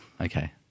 Okay